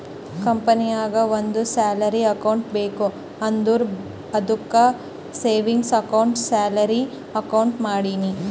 ಕಂಪನಿನಾಗ್ ಒಂದ್ salary account ಬೇಕ್ ಅಂದುರ್ ಅದ್ದುಕ್ ಸೇವಿಂಗ್ಸ್ ಅಕೌಂಟ್ಗೆ ಸ್ಯಾಲರಿ ಅಕೌಂಟ್ ಮಾಡಿನಿ